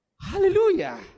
Hallelujah